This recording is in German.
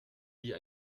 wir